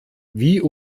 wie